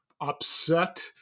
upset